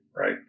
Right